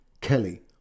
Kelly